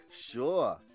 Sure